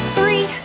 Three